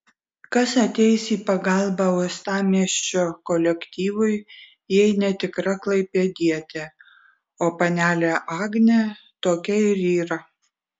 kas ateis į pagalbą uostamiesčio kolektyvui jei ne tikra klaipėdietė o panelė agnė tokia ir yra